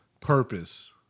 purpose